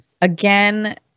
Again